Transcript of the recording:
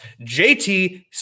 JT